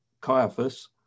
Caiaphas